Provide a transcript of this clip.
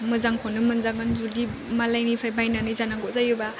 मोजांखौनो मोनजागोन जुदि मालायनिफ्राय बायनानै जानांगौ जायोबा